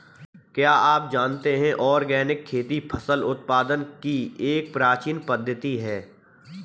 क्या आप जानते है ऑर्गेनिक खेती फसल उत्पादन की एक प्राचीन पद्धति है?